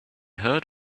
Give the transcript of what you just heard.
heard